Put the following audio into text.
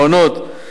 מעונות,